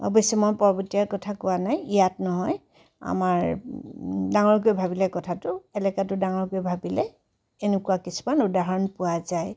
অৱশ্যে মই পৰ্বতীয়াৰ কথা কোৱা নাই ইয়াত নহয় আমাৰ ডাঙৰকৈ ভাবিলে কথাটো এলেকাটো ডাঙৰকৈ ভাবিলে এনেকুৱা কিছুমান উদাহৰণ পোৱা যায়